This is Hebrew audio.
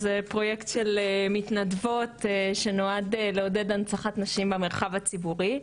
זה פרויקט של מתנדבות שנועד לעודד הנצחת נשים במרחב הציבורי,